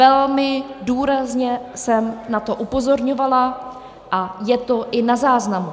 Velmi důrazně jsem na to upozorňovala a je to i na záznamu.